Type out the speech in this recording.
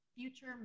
Future